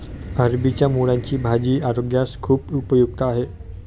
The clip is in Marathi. अरबीच्या मुळांची भाजी आरोग्यास खूप उपयुक्त आहे